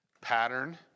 Pattern